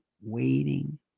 waiting